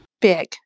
Big